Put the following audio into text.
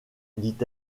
dit